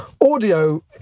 audio